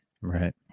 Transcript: right